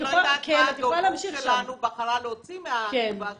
אני לא יודעת מה הדוברות שלנו בחרה להוציא מהתגובה שלי,